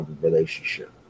relationship